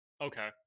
Okay